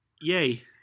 Yay